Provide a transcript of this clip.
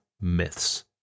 myths